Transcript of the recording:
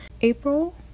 april